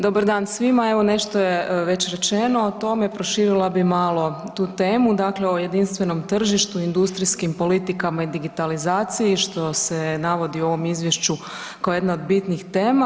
Dobar dan svima, evo nešto je već rečeno o tome, proširila bi malo tu temu, dakle o jedinstvenom tržištu i industrijskim politikama i digitalizaciji što se navodi u ovom izvješću koja je jedna od bitnih tema.